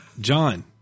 John